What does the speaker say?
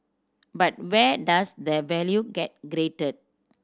but where does the value get created